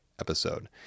episode